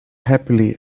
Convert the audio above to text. happily